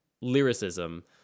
lyricism